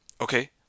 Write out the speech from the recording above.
Okay